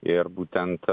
ir būtent